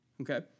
Okay